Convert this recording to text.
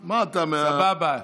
סבבה,